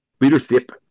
leadership